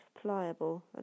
pliable